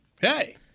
hey